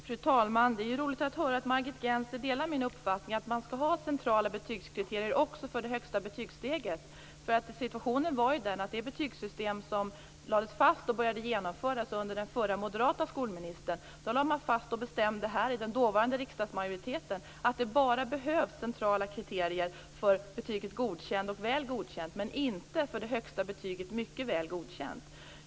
Fru talman! Det är roligt att höra att Margit Gennser delar min uppfattning att man skall ha centrala betygskriterier också för det högsta betygssteget. I det betygssystem som lades fast och började genomföras under den förra moderata skolministern hade ju den dåvarande riksdagsmajoriteten bestämt att det bara behövs centrala kriterier för betygen Godkänd och Väl godkänd men inte för det högsta betyget, Mycket väl godkänd.